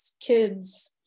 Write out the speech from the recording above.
kids